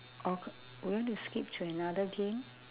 okay you want to skip to another game